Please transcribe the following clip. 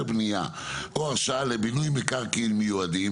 בנייה או הרשאה לבינוי מקרקעין מיועדים".